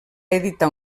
editar